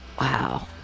Wow